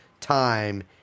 time